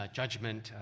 judgment